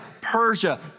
Persia